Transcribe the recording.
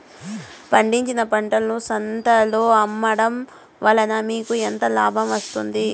పండించిన పంటను సంతలలో అమ్మడం వలన మీకు ఎంత లాభం వస్తుంది?